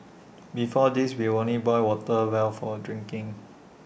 before this we only boil water well for A drinking